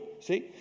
See